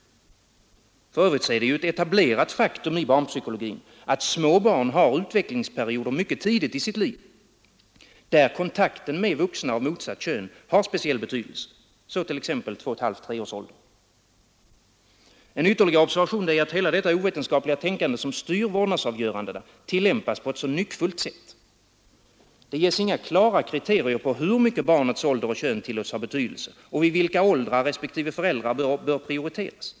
För övrigt är det ett etablerat faktum i barnpsykologin, att små barn har utvecklingsperioder mycket tidigt i sitt liv där kontakten med vuxna av motsatt kön har speciell betydelse, så t.ex. i åldern två och ett halvt till tre år. En ytterligare observation är, att hela detta ovetenskapliga tänkande som styr vårdnadsavgörandena tillämpas på ett så nyckfullt sätt. Det ges inga klara kriterier på hur mycket barnets ålder och kön tillåts ha betydelse och vid vilka åldrar respektive föräldrar bör prioriteras.